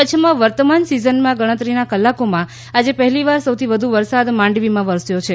કચ્છમાં વર્તમાન સીઝનમાં ગણતરીના કલાકોમાં આજે પહેલીવાર સૌથી વધુ વરસાદ માંડવીમાં વરસ્યો છે